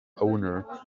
owner